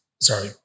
sorry